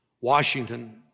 Washington